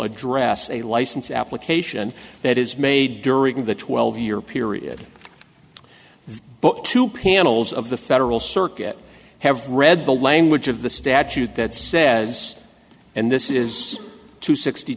address a license application that is made during the twelve year period but two panels of the federal circuit have read the language of the statute that says and this is two sixty